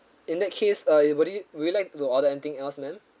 in that case uh everybody would you like to order anything else ma'am